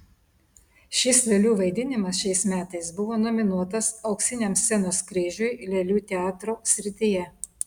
šis lėlių vaidinimas šiais metais buvo nominuotas auksiniam scenos kryžiui lėlių teatro srityje